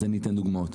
אז אני אתן דוגמאות.